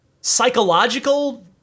psychological